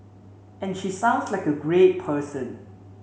and she sounds like a great person